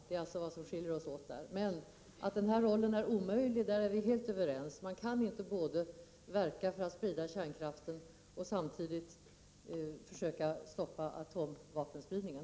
Det är detta som skiljer oss åt. Men att denna IAEA:s roll är omöjlig är vi helt överens om; man kan inte verka både för att sprida kärnkraften och för att stoppa atomvapenspridningen.